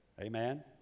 amen